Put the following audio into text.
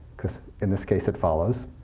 because, in this case, it follows.